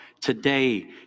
today